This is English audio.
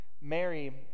Mary